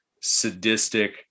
sadistic